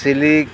silk